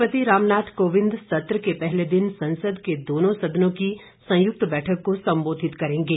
राष्ट्रपति रामनाथ कोविंद सत्र के पहले दिन संसद के दोनों सदनों की संयुक्त बैठक को संबोधित करेंगे